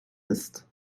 ist